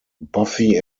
buffy